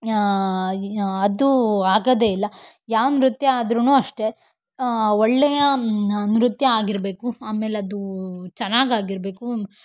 ಅದು ಆಗೋದೇ ಇಲ್ಲ ಯಾವು ನೃತ್ಯ ಆದ್ರೂ ಅಷ್ಟೇ ಒಳ್ಳೆಯ ನೃತ್ಯ ಆಗಿರಬೇಕು ಆಮೇಲೆ ಅದು ಚೆನ್ನಾಗಾಗಿರ್ಬೇಕು